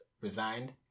resigned